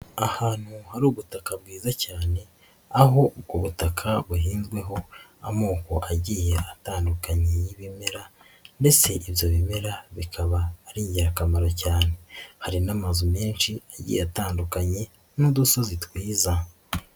Ahantu hari ubutaka bwiza cyane, aho ubwo butaka buhinzweho amoko agiye atandukanye y'ibimera mbese ibyo bimera bikaba ari ingirakamaro cyane, hari n'amazu menshi agiye atandukanye n'udusozi twiza.